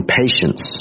patience